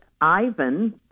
Ivan